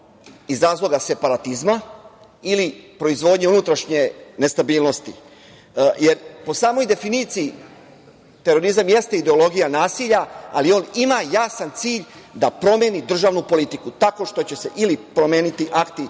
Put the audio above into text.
iz razloga separatizma ili proizvodnje unutrašnje nestabilnosti, jer po samoj definiciji terorizma jeste ideologija nasilja, ali on ima jasan cilj da promeni državnu politiku, tako što će se promeniti akti